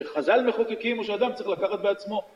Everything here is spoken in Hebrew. חז"ל מחוקקים הוא שאדם צריך לקחת בעצמו.